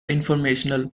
informational